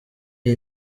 iyi